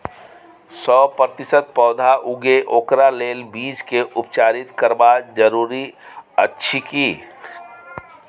सौ प्रतिसत पौधा उगे ओकरा लेल बीज के उपचारित करबा जरूरी अछि की?